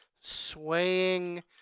swaying